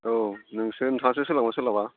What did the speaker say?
औ नोंसो नोंथाङासो सोलाबगोन ना सोलाबा